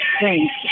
Thanks